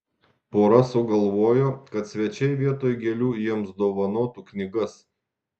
pora sugalvojo kad svečiai vietoj gėlių jiems dovanotų knygas